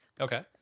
Okay